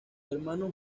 hermano